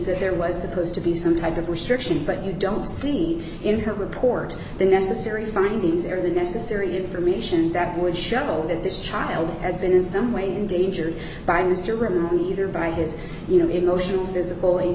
that there was supposed to be some type of restriction but you don't see in her report the necessary findings or the necessary information that would show that this child has been in some way endangered by mr grimm either by his you know emotional physical you